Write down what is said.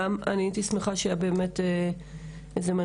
ואני הייתי שמחה שיהיה באמת איזה שהוא